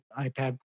iPad